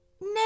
No